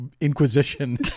inquisition